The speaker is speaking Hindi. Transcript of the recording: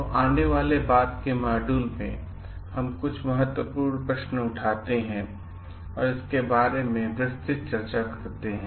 तो आने वाले बाद के मॉड्यूल में हम कुछ महत्वपूर्ण प्रश्न उठाते हैं और इसके बारे में विस्तृत चर्चाकरते हैं